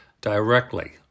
directly